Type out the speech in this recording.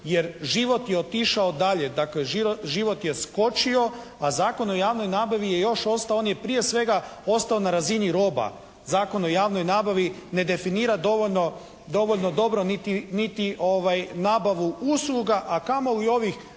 jer život je otišao dalje. Dakle, život je skočio a Zakon o javnoj nabavi je još ostao. On je prije svega ostao na razini roba. Zakon o javnoj nabavi ne definira dovoljno dobro niti nabavu usluga a kamoli ovih